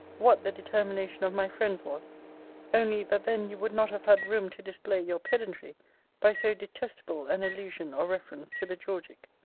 what the determination of my friends was only, that then you would not have had room to display your pedantry by so detestable an allusion or reference to the georgic.